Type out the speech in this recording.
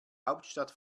hauptstadt